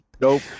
nope